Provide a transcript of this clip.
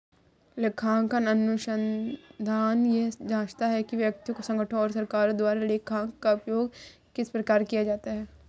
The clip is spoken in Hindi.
लेखांकन अनुसंधान यह जाँचता है कि व्यक्तियों संगठनों और सरकार द्वारा लेखांकन का उपयोग किस प्रकार किया जाता है